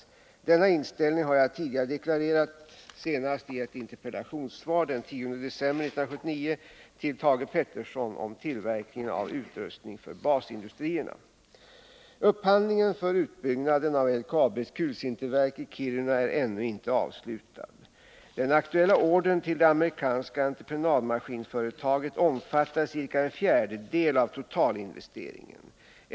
Denna inställning har jag tidigare deklarerat, senast i ett interpellationssvar den 10 december 1979 till Thage Peterson om tillverkningen av utrustning för basindustrierna. Upphandlingen för utbyggnaden av LKAB:s kulsinterverk i Kiruna är ännu inte avslutad. Den aktuella ordern till det amerikanska entreprenadföretaget omfattar ca en fjärdedel av totalinvesteringen.